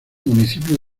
municipio